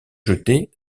jetés